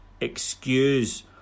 excuse